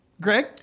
Greg